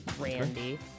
Randy